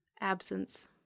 absence